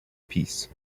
piece